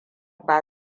ba